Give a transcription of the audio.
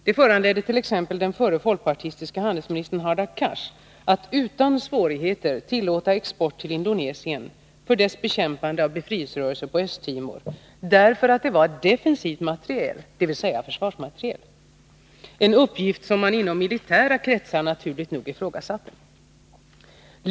Det föranledde t.ex. den dåvarande folkpartistiske handelsministern Hadar Cars att utan svårigheter tillåta export till Indonesien för dess bekämpande av befrielserörelsen på Östtimor, därför att det var ”defensiv materiel, dvs. försvarsmateriel” — en uppgift som man inom militära kretsar naturligt nog ifrågasatte.